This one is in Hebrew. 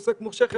עוסק מורשה,